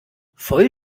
voll